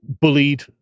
bullied